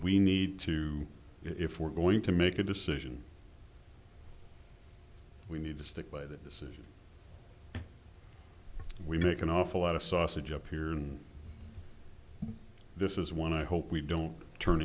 we need to if we're going to make a decision we need to stick by that decision we make an awful lot of sausage up here and this is one i hope we don't turn